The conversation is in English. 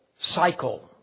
cycle